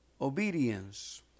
obedience